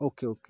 okay okay